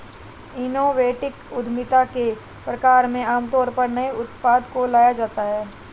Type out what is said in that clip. innovative उद्यमिता के प्रकार में आमतौर पर नए उत्पाद को लाया जाता है